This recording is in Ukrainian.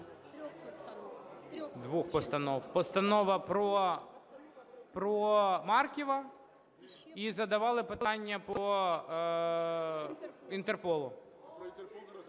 Двох постанов: Постанова про Марківа, і задавали питання по Інтерполу.